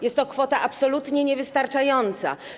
Jest to kwota absolutnie niewystarczająca.